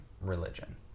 religion